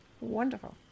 Wonderful